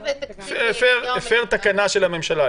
שהפר תקנה של הממשלה,